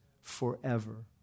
forever